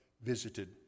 visited